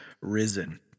risen